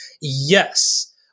yes